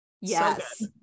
Yes